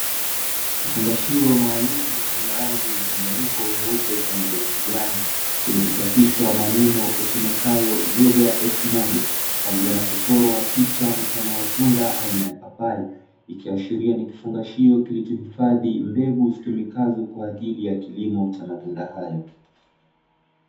Kifungashio maalumu chenye rangi mchanganyiko nyeupe, pamoja na kijani, kilichochapishwa maneno yasomekayo, "Zega elfu moja" kwa moja na kuchorwa picha mfano wa tunda aina ya papai. Ikiashiria ni kifungashio kilichohifadhi mbegu zitumikazo, kwa ajili ya kilimo cha matunda hayo.